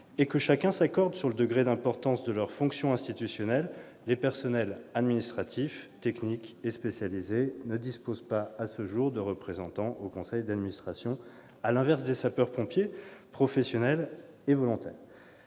et que chacun s'accorde sur le degré d'importance de leurs fonctions institutionnelles, les personnels administratifs, techniques et spécialisés ne disposent pas à ce jour de représentant au sein du conseil d'administration des SDIS, à l'inverse des sapeurs-pompiers, professionnels et volontaires.